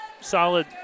Solid